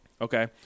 Okay